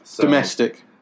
Domestic